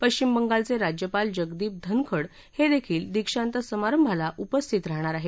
पश्विम बंगालचे राज्यपाल जगदीप धनखड हे देखील दीशांत समारंभाला उपस्थित राहणार आहेत